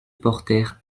portèrent